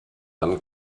dann